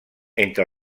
entre